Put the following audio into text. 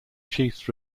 chiefs